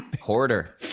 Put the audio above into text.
Hoarder